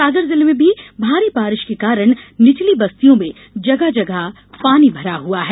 सागर जिले में भी भारी बारिश के कारण निचली बस्तियों में जगह जगह पानी भरा हुआ है